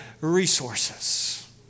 resources